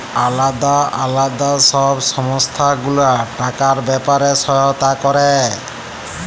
আলদা আলদা সব সংস্থা গুলা টাকার ব্যাপারে সহায়তা ক্যরে